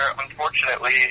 unfortunately